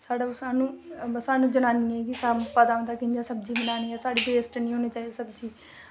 ते सानूं जनानियें गी सारा पता होंदा ऐ कि कि'यां सब्जी बनानी ऐ साढ़ी वेस्ट निं होनी चाहिदी सब्जी